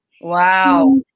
Wow